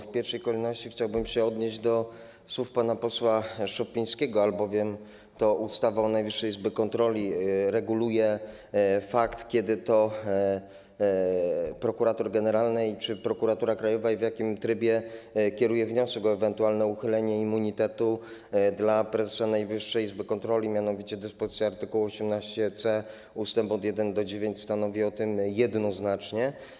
W pierwszej kolejności chciałbym się odnieść do słów pana posła Szopińskiego, albowiem to ustawa o Najwyższej Izbie Kontroli reguluje to, kiedy prokurator generalny czy prokuratura Krakowa i w jakim trybie kierują wniosek o ewentualne uchylenie immunitetu prezesowi Najwyższej Izby Kontroli, mianowicie dyspozycja art. 18c ust. 1–9 stanowi o tym jednoznacznie.